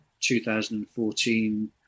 2014